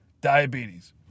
diabetes